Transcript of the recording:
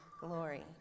glory